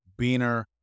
beaner